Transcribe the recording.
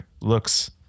looks